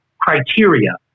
criteria